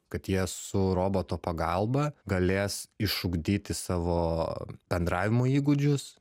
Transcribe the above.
kad jie su roboto pagalba galės išugdyti savo bendravimo įgūdžius